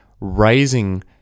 raising